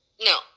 No